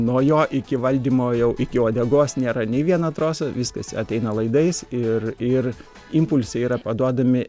nuo jo iki valdymo jau iki uodegos nėra nei vieno troso viskas ateina laidais ir ir impulsai yra paduodami